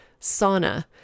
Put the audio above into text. sauna